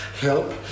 help